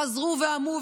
חזרו ואמרו,